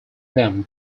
them